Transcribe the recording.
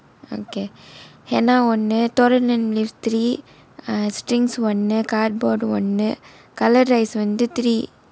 okay henna ஒன்னு தோரணம்:onnu thoranam leaves three uh strings ஒன்னு:onnu cardboard ஒன்னு:onnu coloured rice வந்து:vanthu three